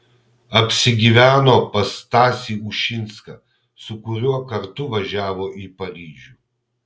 apsigyveno pas stasį ušinską su kuriuo kartu važiavo į paryžių